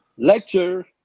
Lecture